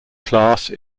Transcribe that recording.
class